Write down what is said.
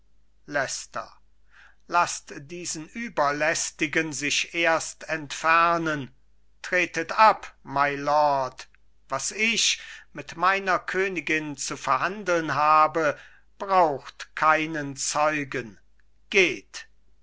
laßt diesen überlästigen sich erst entfernen tretet ab mylord was ich mit meiner königin zu verhandeln habe braucht keinen zeugen geht